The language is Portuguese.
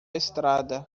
estrada